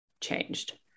changed